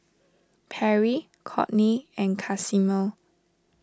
Perry Cortney and Casimer